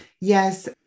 Yes